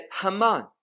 Haman